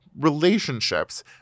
relationships